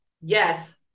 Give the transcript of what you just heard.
Yes